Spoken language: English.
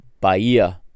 Bahia